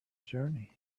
journey